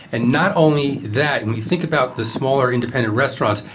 and not only that, we think about the smaller independent restaurants.